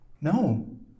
No